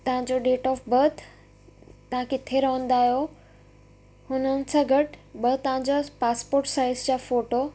तव्हां जो date of birth तव्हां किथे रहंदा आहियो हुननि सां गॾु ॿ तव्हांजा पासपोर्ट साइज़ जा फ़ोटो